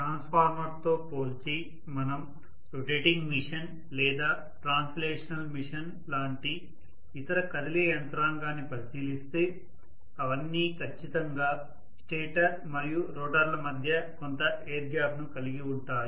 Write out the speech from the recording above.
ట్రాన్స్ఫార్మర్తో పోల్చి మనం rotating machine లేదా ట్రాన్స్లేషనల్ మిషన్ లాంటి ఇతర కదిలే యంత్రాంగాన్ని పరిశీలిస్తే అవన్నీ ఖచ్చితంగా స్టేటర్ మరియు రోటర్ ల మధ్య కొంత ఎయిర్ గ్యాప్ ను కలిగి ఉంటాయి